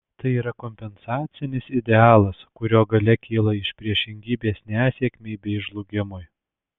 tai yra kompensacinis idealas kurio galia kyla iš priešingybės nesėkmei bei žlugimui